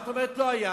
מה את אומרת: לא היה?